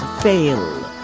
fail